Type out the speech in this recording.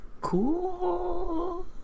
cool